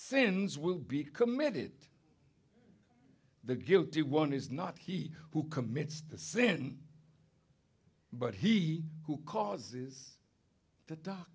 sins will be committed the guilty one is not he who commits the sin but he who causes the do